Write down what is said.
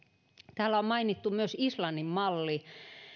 täällä on mainittu myös islannin malli